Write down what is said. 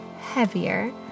heavier